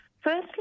firstly